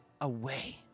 away